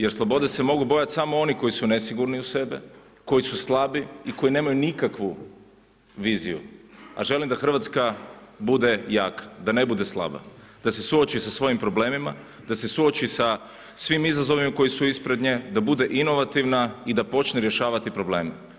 Jer slobode se mogu bojati samo oni koji su nesigurni u sebe, koji su slabi i koji nemaju nikakvu viziju a želim da Hrvatska bude jaka, da ne bude slaba, da se suoči sa svojim problemima, da se suoči sa svim izazovima koji su ispred nje, da bude inovativna i da počne rješavati probleme.